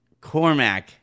Cormac